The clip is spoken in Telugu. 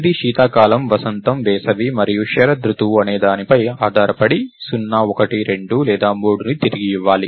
ఇది శీతాకాలం వసంతం వేసవి మరియు శరదృతువు అనేదానిపై ఆధారపడి 0 1 2 లేదా 3ని తిరిగి ఇవ్వాలి